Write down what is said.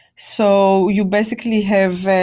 so you basically have,